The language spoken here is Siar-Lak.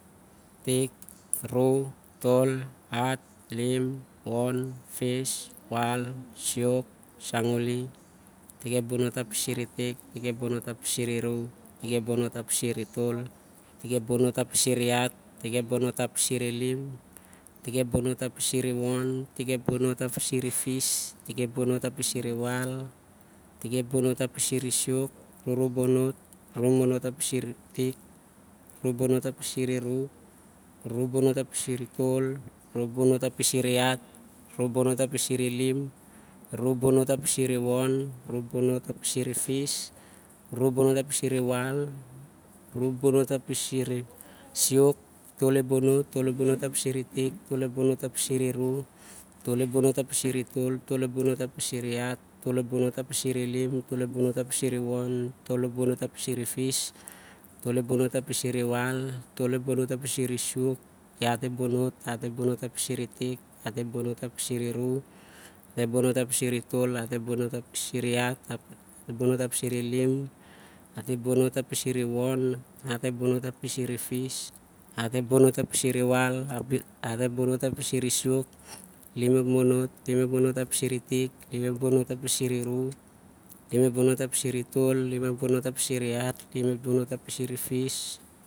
I- tik, iru ithol, ihat, ilim, ifis, iwol, siwok, tik ep bono't, tik ep bono't aspisir itik, tik ep bono't aspisir iru, tik ep bono't aspisir itol, tik ep bono't aspisir ihat, tik ep bono't aspisir ilim, tik ep bono't arpisir iwon, tik ep bonot arpisir ifis, tik ep bono't arpisir iwal, tik ep bono't arpisir isiwo'k, iru- ru bono't, ru- ru bono't arpisir itik, ru- ru bono't arpisir iru, ru- ru- bonot arpisir itol, ru- ru bono't arpisir ihat, ru- ru bono't arpisir ilim, iru- ru bono't arpisir iwon, ru- ru bonot arpisir ifis, ru- ru bono't iwal, ru- ru bono't arpisir isiwok, itol ep bono't itol ep bono't arpisir itik, itol ep- bono't arpisir iru, itol ep- bono't arpisir itol, itol ep- bono't arpisir ihat, itol ep- bonot arpisir ilim, itol ep- bono't arpisir iwon, itol ep bono't arpisir ifis, itol ep bono't arpisir iwal, itol ep bono't arpsir isiwok, ihat ep- bono't, ihat ep bono't arpisir itik, ihat ep- bono't arpisir iru, ihat ep- bono't arpisir itol, ihat ep- bono't arpisir ihat, ihat ep- bono't arpisir ilim, ihat ep- bono't arpisir iwon ihat ep- bono't arpisir ifis, ihat ep- bono't arpisir iwal, ihat ep- bono't arpisir isiwo'k, ilim ep- bono't, ilim ep- bono't arpisir itik, itim ep- bono't arpisir iru, ilim ep- bono't arpisir ital, ilim ep- bono't arpisir ihat, ilim ep- bono't arpisir ilim.